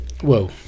Whoa